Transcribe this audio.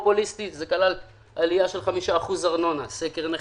זה כלל עלייה של חמישה אחוזים ארנונה, סקר נכסים,